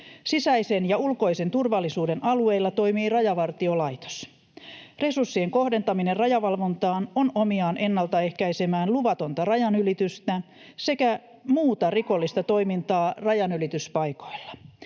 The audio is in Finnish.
Sisäisen ja ulkoisen turvallisuuden alueilla toimii Rajavartiolaitos. Resurssien kohdentaminen rajavalvontaan on omiaan ennaltaehkäisemään luvatonta rajanylitystä sekä muuta rikollista toimintaa rajanylityspaikoilla.